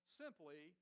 simply